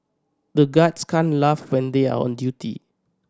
the guards can't laugh when they are on duty